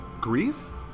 Greece